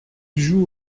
joue